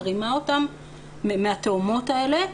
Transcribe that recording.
מרימה אותן מהתהומות האלה.